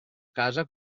casa